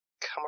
come